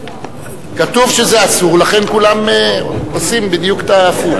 כתוב שזה אסור, לכן כולם עושים בדיוק הפוך.